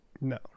No